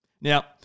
now